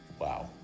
Wow